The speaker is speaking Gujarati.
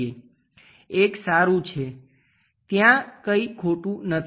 એક સારું છે ત્યાં કંઈ ખોટું નથી